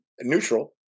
neutral